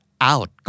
out